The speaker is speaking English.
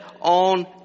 on